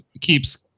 keeps